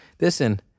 Listen